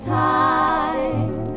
time